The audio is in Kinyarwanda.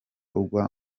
ugwa